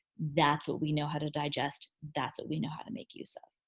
that's what we know how to digest. that's what we know how to make use of.